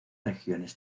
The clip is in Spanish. regiones